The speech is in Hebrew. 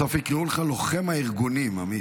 בסוף יקראו לך לוחם הארגונים, עמית.